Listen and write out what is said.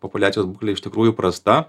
populiacijos būklė iš tikrųjų prasta